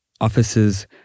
Officers